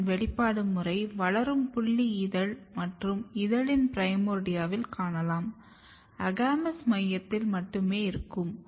AP1 இன் வெளிப்பாடு முறை வளரும் புல்லி இதழ் மற்றும் இதழின் பிரைமோர்டியாவில் காணலாம் AGAMOUS மையத்தில் மட்டுமே இருக்கும்